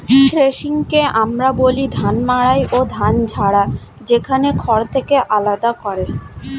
থ্রেশিংকে আমরা বলি ধান মাড়াই ও ধান ঝাড়া, যেখানে খড় থেকে আলাদা করে